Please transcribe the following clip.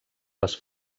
les